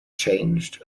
changed